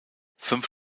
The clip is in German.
fünf